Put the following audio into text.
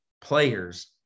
players